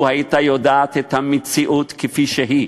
לו הייתה יודעת את המציאות כפי שהיא,